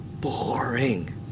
boring